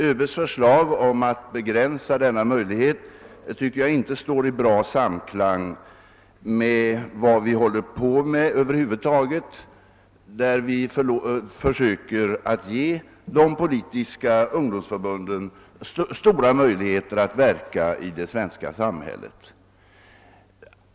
ÖB:s förslag om att begränsa den: tycker jag inte står i god samklang' med våra försök att ge de politiska — ungdomsförbunden «ökade möjligheter att verka i det svenska samhället.